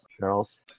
girls